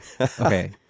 okay